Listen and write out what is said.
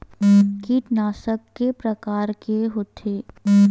कीटनाशक के प्रकार के होथे?